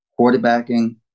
quarterbacking